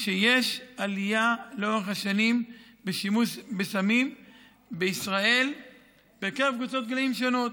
שיש עלייה לאורך השנים בשימוש בסמים בישראל בקרב קבוצות גילים שונות,